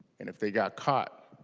and if they got caught